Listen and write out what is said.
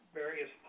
various